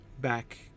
back